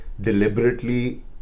deliberately